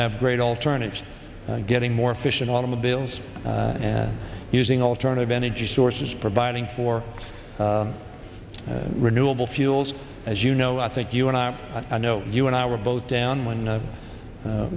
have great alternatives to getting more efficient automobiles using alternative energy sources providing for renewable fuels as you know i think you and i i know you and i were both down when